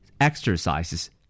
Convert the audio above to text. Exercises